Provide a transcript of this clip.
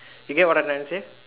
you get what I'm going to say